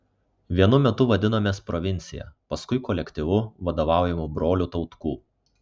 vienu metu vadinomės provincija paskui kolektyvu vadovaujamu brolių tautkų